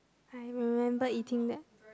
I remember eating that